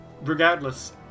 Regardless